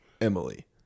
Emily